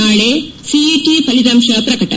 ನಾಳೆ ಸಿಇಟಿ ಫಲಿತಾಂಶ ಪ್ರಕಟ